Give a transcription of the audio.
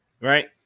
right